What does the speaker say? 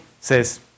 says